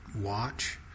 watch